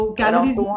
calories